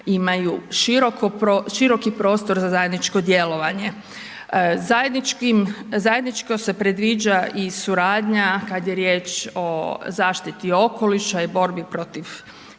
imaju široki prostor za zajedničko djelovanje. Zajedničko se predviđa i suradnja kad je riječ o zaštiti okoliša i borbi protiv